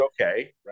okay